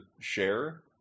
share